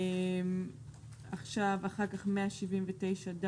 אחר כך 179ד,